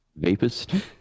Vapist